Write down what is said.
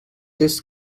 this